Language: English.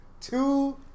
two